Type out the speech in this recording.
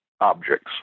objects